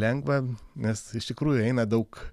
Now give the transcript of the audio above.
lengva nes iš tikrųjų eina daug